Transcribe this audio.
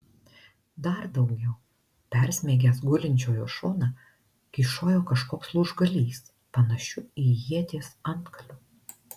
dar daugiau persmeigęs gulinčiojo šoną kyšojo kažkoks lūžgalys panašiu į ieties antgaliu